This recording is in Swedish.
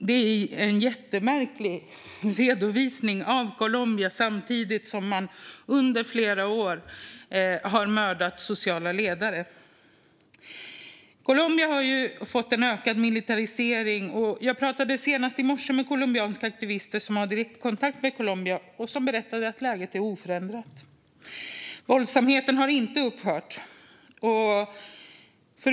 Det är en jättemärklig beskrivning av Colombia eftersom man under flera år har mördat sociala ledare. Colombias militarisering har ökat. Jag pratade senast i morse med colombianska aktivister som står i direktkontakt med Colombia, och de berättade att läget är oförändrat. Våldsamheterna har inte upphört.